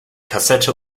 kassette